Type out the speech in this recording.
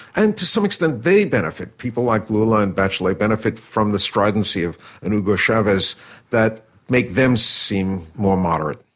and to some extent, they benefit. people like lula and batchelet benefit from the stridency of an hugo chavez that make them seem more moderate.